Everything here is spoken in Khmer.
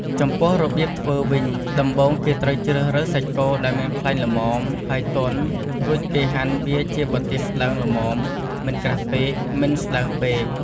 ចំពោះរបៀបធ្វើវិញ ដំបូងគេត្រូវជ្រើសរើសសាច់គោដែលមានខ្លាញ់ល្មម ហើយទន់ រួចគេហាន់វាជាបន្ទះស្តើងល្មមមិនក្រាស់ពេកមិនស្ដើងពេក។